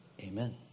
amen